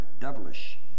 devilish